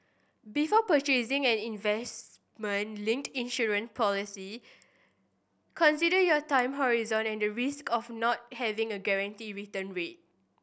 before purchasing an investment linked insurance policy consider your time horizon and the risk of not having a guaranteed return rate